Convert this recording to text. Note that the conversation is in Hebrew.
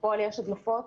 בפעול יש הדלפות.